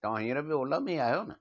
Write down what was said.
तव्हां हींअर बि ओला में ई आयो न